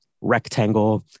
rectangle